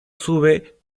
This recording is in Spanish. sube